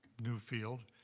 new field,